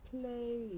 play